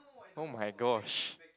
!oh-my-gosh!